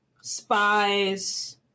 spies